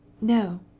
no